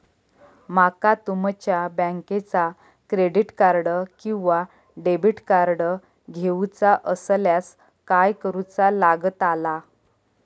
माका तुमच्या बँकेचा क्रेडिट कार्ड किंवा डेबिट कार्ड घेऊचा असल्यास काय करूचा लागताला?